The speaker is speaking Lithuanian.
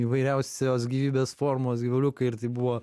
įvairiausios gyvybės formos gyvuliukai ir tai buvo